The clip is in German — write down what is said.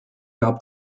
gab